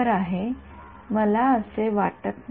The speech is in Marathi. विद्यार्थी मला असं वाटत नाही